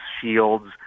shields